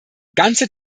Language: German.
ganze